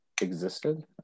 Existed